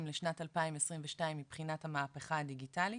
לשנת 2022 מבחינת המהפכה הדיגיטלית,